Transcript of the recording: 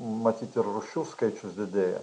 matyt ir rūšių skaičius didėja